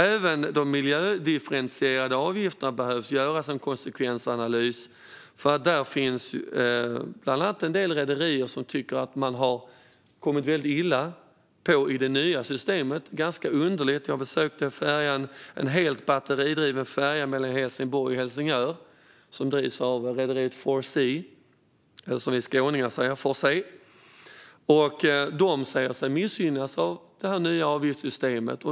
Även när det gäller de miljödifferentierade avgifterna behöver det göras en konsekvensanalys, för det finns bland annat en del rederier som tycker att man har farit illa av det nya systemet. Det är ganska underligt. Jag besökte en helt batteridriven färja mellan Helsingborg och Helsingör som drivs av rederiet For Sea, eller "Får se", som vi skåningar säger. De säger sig missgynnas av det här nya avgiftssystemet.